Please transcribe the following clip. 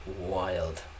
wild